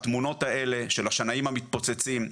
התמונות האלה של השנאים המתפוצצים,